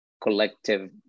collective